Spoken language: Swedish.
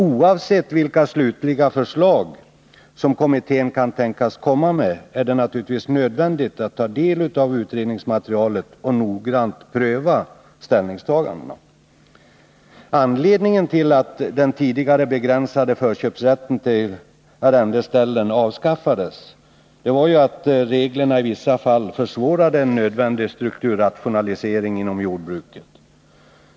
Oavsett vilket slutligt förslag som kommittén kan tänkas komma med är det naturligtvis nödvändigt att ta del av utredningsmaterialet och noggrant pröva ställningstagandena. Anledningen till att den tidigare begränsade förköpsrätten till arrendeställen avskaffades var att reglerna i vissa fall försvårade en nödvändig strukturrationalisering inom jordbruket.